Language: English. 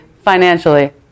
financially